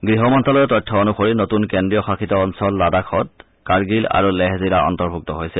গৃহ মন্ত্যালয়ৰ তথ্য অনুসৰি নতুন কেন্দ্ৰীয়শাসিত অঞ্চল লাডাখত কাগিল আৰু লেহ জিলাত অন্তৰ্ভুক্ত হৈছে